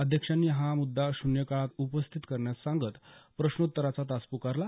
अध्यक्षांनी हा मुद्दा शून्य काळात उपस्थित करण्यास सांगत प्रश्नोत्तराचा तास पुकारला